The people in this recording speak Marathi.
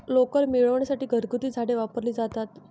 लोकर मिळविण्यासाठी घरगुती झाडे वापरली जातात